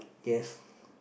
yes